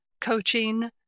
coaching